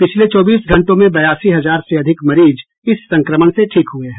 पिछले चौबीस घंटों में बयासी हजार से अधिक मरीज इस संक्रमण से ठीक हुए हैं